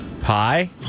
pie